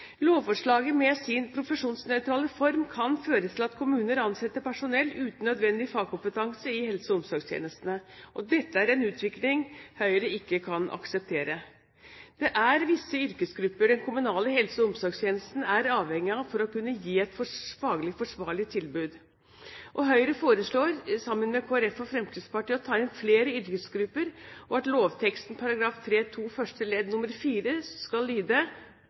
Lovforslaget med sin profesjonsnøytrale form kan føre til at kommuner ansetter personell uten nødvendig fagkompetanse i helse- og omsorgstjenestene. Dette er en utvikling Høyre ikke kan akseptere. Det er visse yrkesgrupper den kommunale helse- og omsorgstjenesten er avhengig av for å kunne gi et faglig forsvarlig tilbud. Høyre foreslår, sammen med Kristelig Folkeparti og Fremskrittspartiet, å ta inn flere yrkesgrupper, og at lovteksten § 3-2 første ledd nr. 4 skal